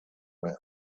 when